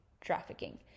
trafficking